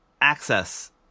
Access